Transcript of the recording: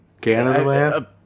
Canada